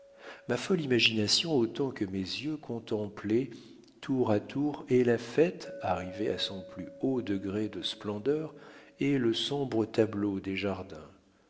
ma folle imagination autant que mes yeux contemplait tour à tour et la fête arrivée à son plus haut degré de splendeur et le sombre tableau des jardins